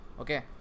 okay